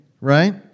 right